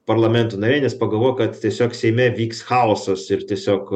parlamento nariai nes pagalvojo kad tiesiog seime vyks chaosas ir tiesiog